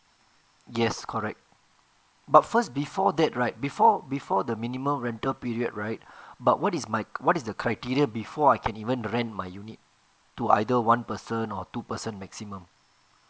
yes correct but first before that right before before the minimum rental period right but what is my what is the criteria before I can even rent my unit to either one person or two person maximum